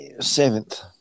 seventh